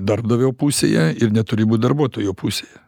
darbdavio pusėje ir neturi būti darbuotojo pusėje